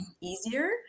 easier